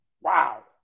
wow